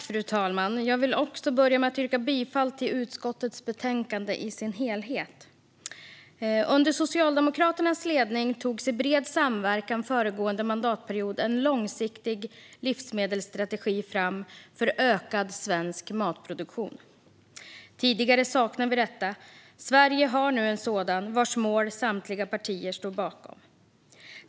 Fru talman! Jag vill börja med att yrka bifall till utskottets förslag i betänkandet i sin helhet. Föregående mandatperiod togs under Socialdemokraternas ledning en långsiktig livsmedelsstrategi för ökad svensk matproduktion fram i bred samverkan. Detta saknade vi tidigare. Sverige har nu en sådan, vars mål samtliga partier står bakom.